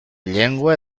llengua